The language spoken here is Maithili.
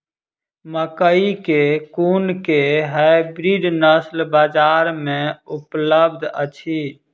मकई केँ कुन केँ हाइब्रिड नस्ल बजार मे उपलब्ध अछि?